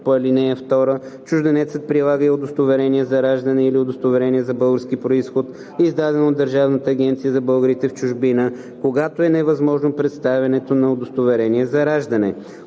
по ал. 2 чужденецът прилага и удостоверение за раждане или удостоверение за български произход, издадено от Държавната агенция за българите в чужбина, когато е невъзможно представянето на удостоверение за раждане.